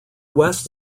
west